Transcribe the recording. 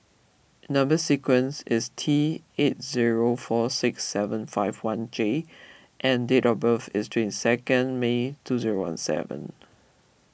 Number Sequence is T eight zero four six seven five one J and date of birth is twenty second May two zero one seven